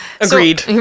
Agreed